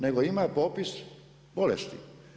Nego, ima popis bolesti.